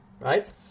right